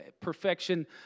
Perfection